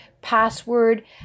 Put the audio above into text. password